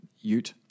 ute